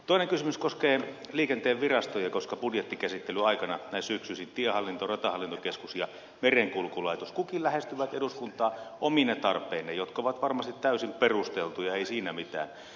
toinen kysymys koskee liikenteen virastoja koska budjettikäsittelyn aikana näin syksyisin tiehallinto ratahallintokeskus ja merenkulkulaitos kukin lähestyvät eduskuntaa omine tarpeineen jotka ovat varmasti täysin perusteltuja ei siinä mitään